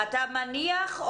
אתה מניח,